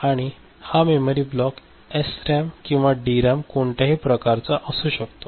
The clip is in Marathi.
आणि हा मेमरी ब्लॉक एसरॅम किंवा डीरॅम कोणत्याही प्रकारचा असू शकतो